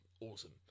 awesome